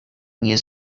nie